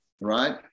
Right